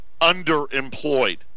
underemployed